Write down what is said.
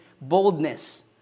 boldness